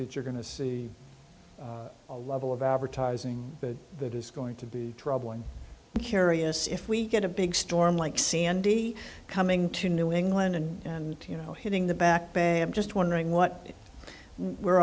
that you're going to see a level of advertising that is going to be troubling curious if we get a big storm like sandy coming to new england and you know hitting the back bay i'm just wondering what we're